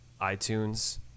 iTunes